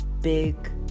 big